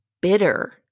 bitter